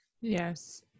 Yes